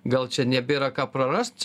gal čia nebėra ką prarast